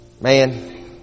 Man